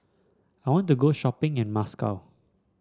I want to go shopping in Moscow